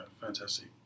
fantastic